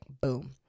boom